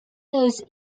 those